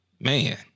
Man